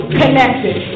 connected